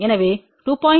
எனவே 2